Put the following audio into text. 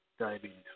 Diabetes